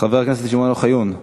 חבר הכנסת שמעון אוחיון,